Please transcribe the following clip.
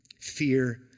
fear